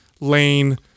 lane